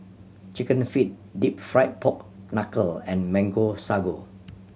Chicken Feet Deep Fried Pork Knuckle and Mango Sago